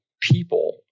people